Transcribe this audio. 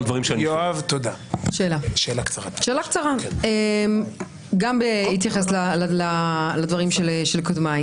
שאלה קצרה, גם בהתייחס לדברים של קודמיי.